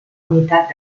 unitat